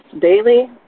daily